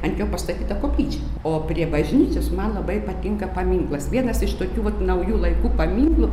ant jo pastatyta koplyčia o prie bažnyčios man labai patinka paminklas vienas iš tokių vat naujų laikų paminklų